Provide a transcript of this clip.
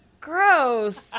Gross